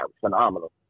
phenomenal